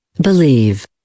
Believe